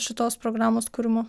šitos programos kūrimu